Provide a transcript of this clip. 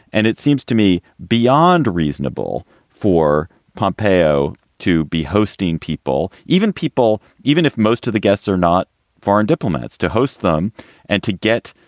and it seems to me beyond reasonable for pompeo to be hosting people, even people, even if most of the guests are not foreign diplomats, to host them and to get